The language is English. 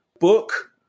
Book